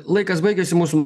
laikas baigiasi mūsų